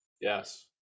Yes